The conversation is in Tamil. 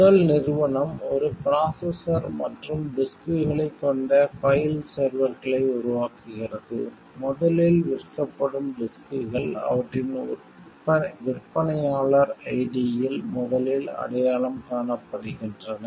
முதல் நிறுவனம் ஒரு ப்ராஸ்ஸ்ஸர் மற்றும் டிஸ்க்களைக் கொண்ட பைல் செர்வர்களை உருவாக்குகிறது முதலில் விற்கப்படும் டிஸ்க்கள் அவற்றின் விற்பனையாளர் ஐடியில் முதலில் அடையாளம் காணப்படுகின்றன